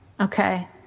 Okay